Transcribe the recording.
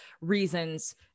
reasons